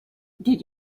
did